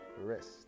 rest